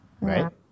right